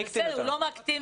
הוא לא מקטין.